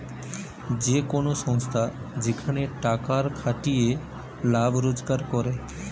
যে কোন সংস্থা যেখানে টাকার খাটিয়ে লাভ রোজগার করে